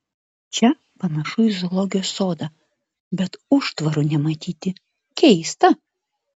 čia panašu į zoologijos sodą bet užtvarų nematyti keista